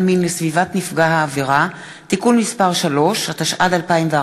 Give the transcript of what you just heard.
מין לסביבת נפגע העבירה (תיקון מס' 3),